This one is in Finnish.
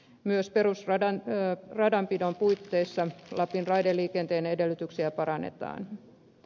myös perusradanpidon puitteissa lapin raideliikenteen edellytyksiä parannetaan